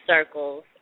Circles